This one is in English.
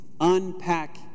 unpack